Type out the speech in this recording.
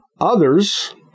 Others